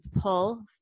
pull